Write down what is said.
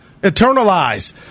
eternalize